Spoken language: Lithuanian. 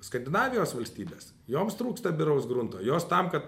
skandinavijos valstybės joms trūksta biraus grunto jos tam kad